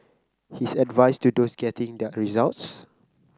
his advice to those getting their results